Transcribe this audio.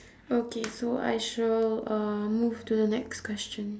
okay so I shall uh move to the next question